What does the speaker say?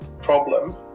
problem